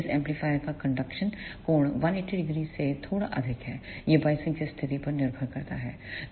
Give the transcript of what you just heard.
इस एम्पलीफायर का कंडक्शन कोण 1800 से थोड़ा अधिक है यह बायसिंग की स्थिति पर निर्भर करता है